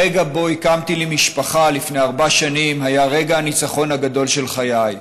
הרגע שבו הקמתי לי משפחה לפני ארבע שנים היה רגע הניצחון הגדול של חיי,